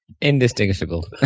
Indistinguishable